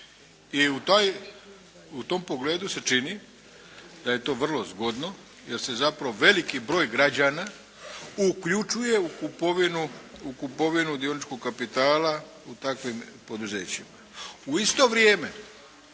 u tom pogledu se čini da je to vrlo zgodno jer se zapravo veliki broj građana uključuje u kupovinu, u kupovinu dioničkog kapitala u takvim poduzećima. U isto vrijeme